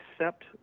accept